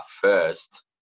first